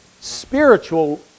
spiritual